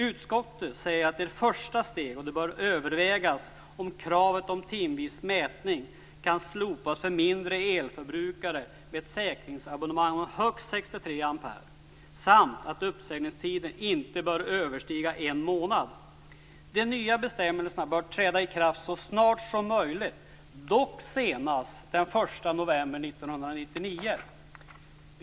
Utskottet säger att det är ett första steg samt att det bör övervägas om kravet på timvis mätning kan slopas för mindre elförbrukare med ett säkringsabonemang om högst 63 ampere och att uppsägningstiden inte bör överstiga en månad. De nya bestämmelserna bör träda i kraft så snart som möjligt, dock senast den 1 november 1999.